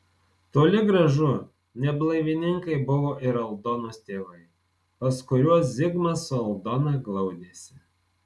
toli gražu ne blaivininkai buvo ir aldonos tėvai pas kuriuos zigmas su aldona glaudėsi